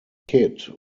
kidd